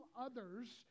others